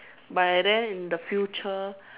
by then in the future